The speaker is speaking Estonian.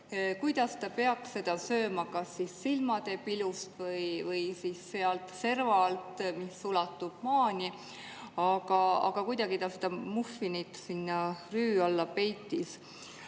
kuidas ta peaks seda sööma, kas silmade pilust või sealt serva alt, mis ulatub maani? Aga kuidagi ta seda muffinit sinna rüü alla peitis.